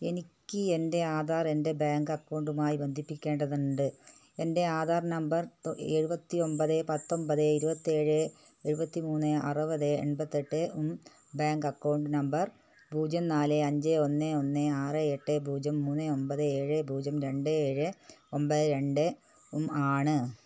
എനിക്ക് എൻറ്റെ ആധാറ് എൻറ്റെ ബാങ്ക് അക്കൗണ്ടുമായി ബന്ധിപ്പിക്കേണ്ടതുണ്ട് എൻറ്റെ ആധാർ നമ്പർ എഴുപത്തിയൊൻപത് പത്തൊമ്പത് ഇരുവത്തേഴ് എഴുപത്തിമൂന്ന് അറുപത് എൺപത്തെട്ടും ബാങ്ക് അക്കൗണ്ട് നമ്പർ പൂജ്യം നാല് അഞ്ച് ഒന്ന് ഒന്ന് ആറ് എട്ട് പൂജ്യം മുന്ന് ഒൻപത് ഏഴ് പൂജ്യം രണ്ട് ഏഴ് ഒമ്പത് രണ്ടും ആണ്